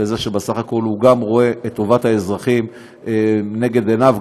על זה שבסך הכול הוא גם רואה את טובת האזרחים נגד עיניו,